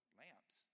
lamps